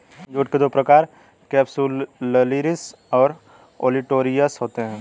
jute के दो प्रकार केपसुलरिस और ओलिटोरियस होते हैं